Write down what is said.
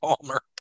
Palmer